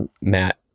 matt